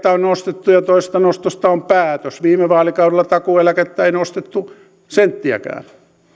takuueläkettä on nostettu ja toisesta nostosta on päätös viime vaalikaudella takuueläkettä ei nostettu senttiäkään